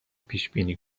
پیشبینی